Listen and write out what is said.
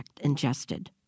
ingested